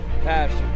Passion